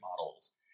models